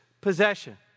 possession